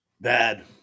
Bad